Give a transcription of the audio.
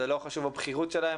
ולא חשוב הבכירות שלהם,